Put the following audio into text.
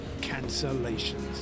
cancellations